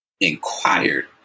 inquired